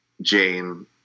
Jane